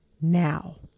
now